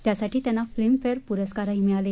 त्यासाठी त्यांना फिल्मफेअर पुरस्कारही मिळाले